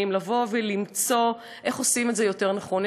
לבוא ולמצוא איך עושים את זה יותר נכון.